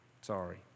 Sorry